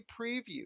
preview